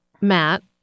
Matt